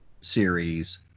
series